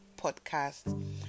podcast